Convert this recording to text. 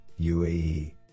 UAE